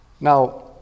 Now